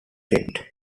red